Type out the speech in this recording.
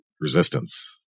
resistance